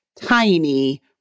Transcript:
tiny